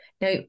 Now